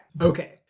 okay